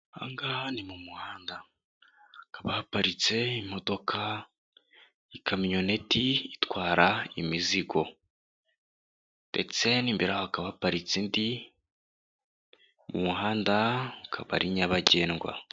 Aha ngaha ni mu muhanda , hakaba haparitse imodoka ikamyoneti itwara imizigo, ndetse ni mbere y'aho hakaba haparitse indi , umuhanda ukaba ari nyabagendwa.